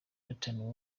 nathan